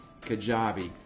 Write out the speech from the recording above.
Kajabi